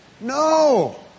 No